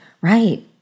right